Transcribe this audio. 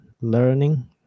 learning